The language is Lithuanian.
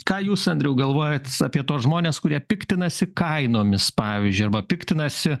ką jūs andriau galvojat apie tuos žmones kurie piktinasi kainomis pavyzdžiui arba piktinasi